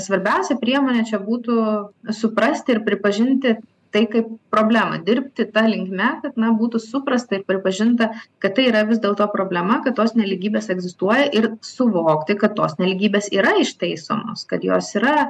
svarbiausia priemonė čia būtų suprasti ir pripažinti tai kaip problemą dirbti ta linkme kad na būtų suprasta ir pripažinta kad tai yra vis dėlto problema kad tos nelygybės egzistuoja ir suvokti kad tos nelygybės yra ištaisomos kad jos yra